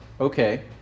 okay